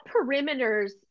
perimeters